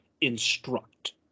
Instruct